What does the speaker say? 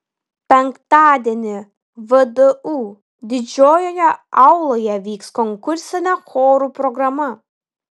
penktadienį vdu didžiojoje auloje vyks konkursinė chorų programa